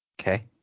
okay